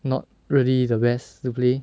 not really the best to play